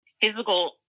physical